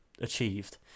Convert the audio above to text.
achieved